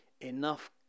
enough